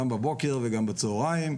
גם בבוקר וגם בצהרים,